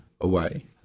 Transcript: away